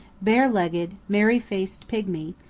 barelegged, merry-faced pigmy,